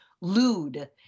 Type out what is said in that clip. lewd